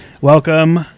Welcome